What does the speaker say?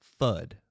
FUD